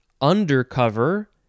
undercover